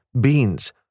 beans